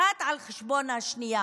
אחת על חשבון השנייה.